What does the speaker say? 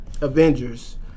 Avengers